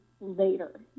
Later